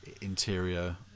interior